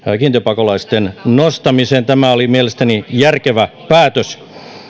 kiintiöpakolaisten määrän nostamisen tämä oli mielestäni järkevä päätös